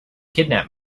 kidnap